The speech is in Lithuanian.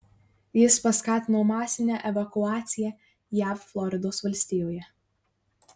jis paskatino masinę evakuaciją jav floridos valstijoje